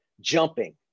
jumping